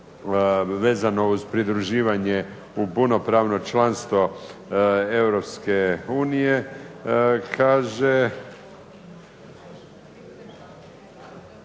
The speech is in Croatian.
vezano uz pridruživanje u punopravno članstvo Europske